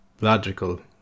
logical